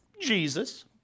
Jesus